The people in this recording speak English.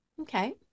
Okay